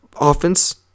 offense